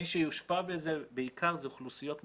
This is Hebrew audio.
מי שיושפע מזה בעיקר זה אוכלוסיות מוחלשות.